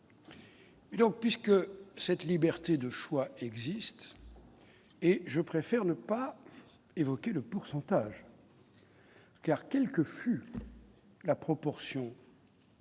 Et donc, puisque cette liberté de choix existe et je préfère ne pas évoquer le pourcentage. Car quelle que fût la proportion.